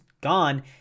gone—